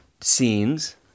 scenes